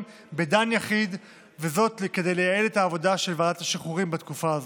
בדן יחיד כדי לייעל את העבודה של ועדת השחרורים בתקופה הזאת.